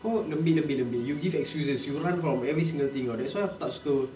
kau lembik lembik lembik you give excuses you run from every single thing [tau] that's why aku tak suka